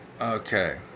Okay